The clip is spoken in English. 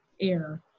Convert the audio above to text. air